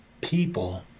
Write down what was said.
people